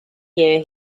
year